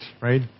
right